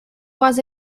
was